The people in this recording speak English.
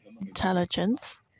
intelligence